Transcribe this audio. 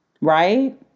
right